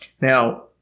Now